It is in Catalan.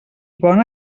bona